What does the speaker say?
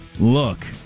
Look